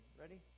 ready